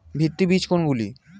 ভিত্তি বীজ কোনগুলি?